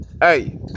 Hey